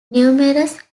numerous